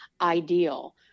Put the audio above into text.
ideal